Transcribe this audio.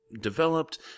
developed